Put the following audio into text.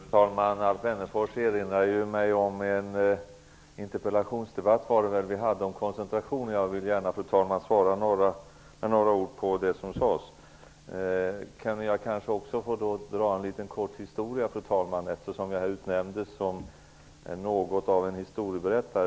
Fru talman! Alf Wennerfors erinrar mig om en interpellationsdebatt som vi förde om koncentrationsfrågor, och jag vill gärna med några ord svara på det som han sade. Eftersom jag här utnämndes till något av en historieberättare, kan jag kanske också få föredra en kort historia.